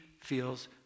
feels